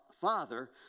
Father